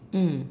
mm